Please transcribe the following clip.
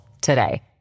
today